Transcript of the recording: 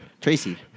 Tracy